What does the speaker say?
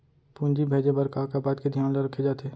पूंजी भेजे बर का का बात के धियान ल रखे जाथे?